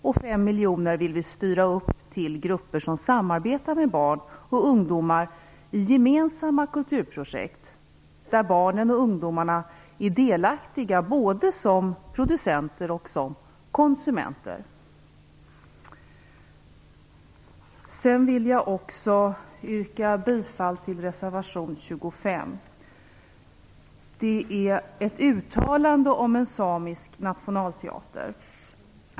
Vi vill styra 5 miljoner till grupper som samarbetar med barn i gemensamma kulturprojekt, där barnen och ungdomarna är delaktiga både som producenter och som konsumenter. Sedan vill jag också yrka bifall till reservation 25. Det är ett uttalande om en samisk nationalteater.